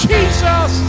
Jesus